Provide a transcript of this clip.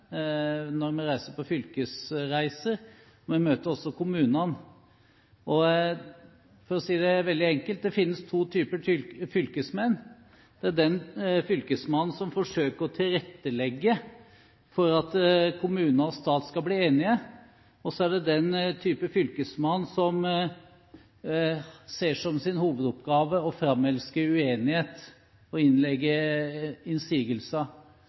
reiser på fylkesreiser. Vi møter også kommunene. For å si det veldig enkelt finnes det to typer fylkesmenn: Det er den fylkesmannen som forsøker å tilrettelegge for at kommuner og stat skal bli enige, og så er det den fylkesmannen som ser det som sin hovedoppgave å framelske uenighet og komme med innsigelser.